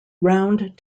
round